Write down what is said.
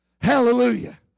Hallelujah